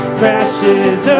crashes